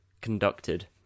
conducted